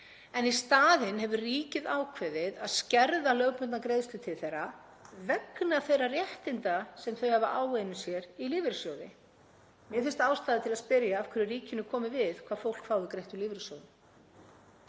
Í staðinn hefur ríkið ákveðið að skerða lögbundnar greiðslur til þeirra vegna þeirra réttinda sem þau hafa áunnið sér í lífeyrissjóði. Mér finnst ástæða til að spyrja af hverju ríkinu komi við hvað fólk fái greitt úr lífeyrissjóðum.